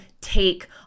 take